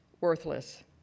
worthless